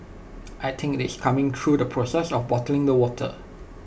I think IT is coming through the process of bottling the water